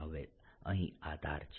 હવે અહીં આ ધાર છે